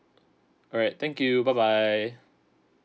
alright thank you bye bye